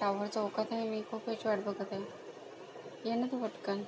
tower चौकात आहे मी खूप वेळची वाट बघत आहे ये ना तू पटकन